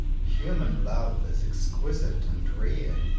human love is exquisite and rare.